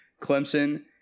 Clemson